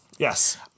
Yes